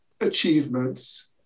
achievements